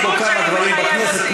ועברתי כבר כמה דברים בכנסת,